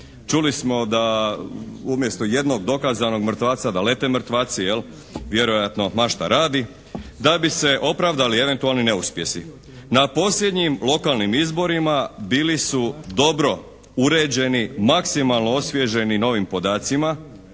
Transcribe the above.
čuli smo da umjesto jednog dokazanog mrtvaca da lete mrtvaci jel', vjerojatno mašta radi, da bi se opravdali eventualni neuspjesi. Na posljednjim lokalnim izborima bili su dobro uređeni, maksimalno osvježeni novim podacima